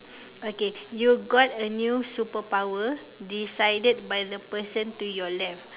okay you got a new superpower decided by the person to your left